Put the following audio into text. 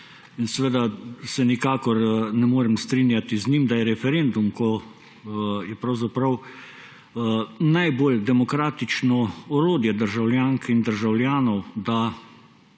in seveda se nikakor ne morem strinjati z njim, da je referendum, ko je pravzaprav najbolj demokratično orodje državljank in državljanov, da